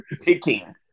ticking